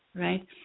right